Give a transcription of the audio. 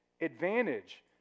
advantage